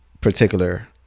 particular